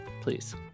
please